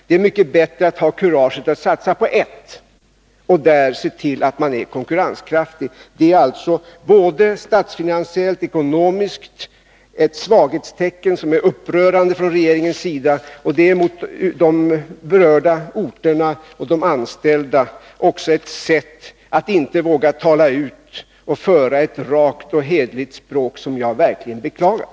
Det är mycket bättre att ha kurage att satsa på ett varv och att se till att det är konkurrenskraftigt. Det är alltså statsfinansiellt, ekonomiskt, ett svaghetstecken för regeringens del som är upprörande, och när det gäller de berörda orterna och de anställda är det ett uttryck för att man inte vågar tala ut och använda ett rakt och hederligt språk — något som jag verkligen beklagar.